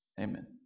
Amen